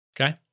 Okay